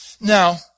Now